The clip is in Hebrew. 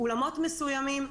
אולמות מסוימים,